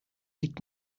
liegt